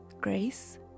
grace